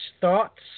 thoughts